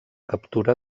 captura